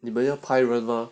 你不是拍很多